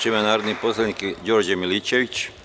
Reč ima narodni poslanik Đorđe Milićević.